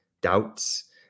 doubts